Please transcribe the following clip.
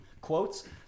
quotes